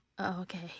Okay